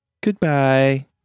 goodbye